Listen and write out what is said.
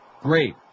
Great